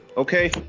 Okay